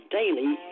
daily